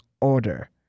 order